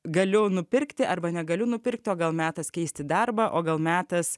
galiu nupirkti arba negaliu nupirkti o gal metas keisti darbą o gal metas